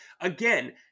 Again